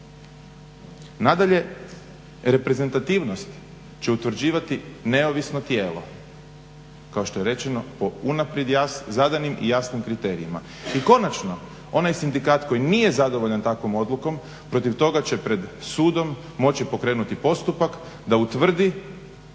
Nadalje, reprezentativnost će utvrđivati neovisno tijelo kao što je rečeno po unaprijed zadanim i jasnim kriterijima. I konačno, onaj sindikat koji nije zadovoljan takvom odlukom protiv toga će pred sudom moći pokrenuti postupak da utvrdi